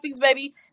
baby